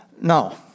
No